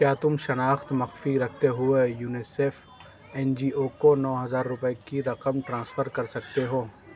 کیا تم شناخت مخفی رکھتے ہوئے یونیسیف این جی او کو نو ہزار روپئے کی رقم ٹرانسفر کر سکتے ہو